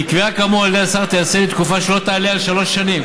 כי קביעה כאמור על ידי השר תיעשה לתקופה שלא תעלה על שלוש שנים,